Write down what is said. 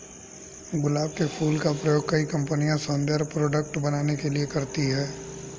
गुलाब के फूल का प्रयोग कई कंपनिया सौन्दर्य प्रोडेक्ट बनाने के लिए करती है